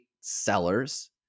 sellers